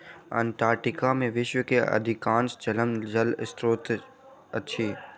Antarctica में विश्व के अधिकांश जमल जल स्त्रोत अछि